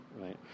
right